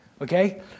Okay